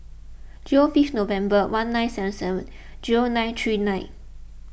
zero fifth November one nine seven seven zero nine three nine